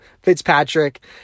Fitzpatrick